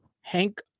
Hank